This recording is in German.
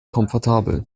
komfortabel